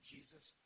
Jesus